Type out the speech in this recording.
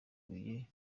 huye